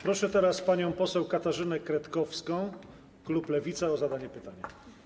Proszę teraz panią poseł Katarzynę Kretkowską, klub Lewica, o zadanie pytania.